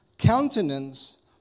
countenance